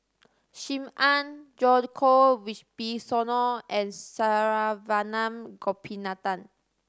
Sim Ann Djoko Wibisono and Saravanan Gopinathan